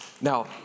Now